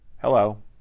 Hello